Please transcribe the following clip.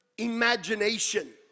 imagination